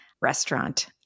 restaurant